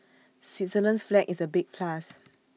Switzerland's flag is A big plus